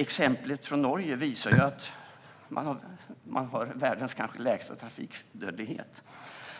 Exemplet från Norge visar att man har världens kanske lägsta trafikdödlighet.